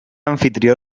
amfitrió